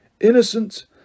Innocent